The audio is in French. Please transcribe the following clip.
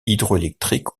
hydroélectriques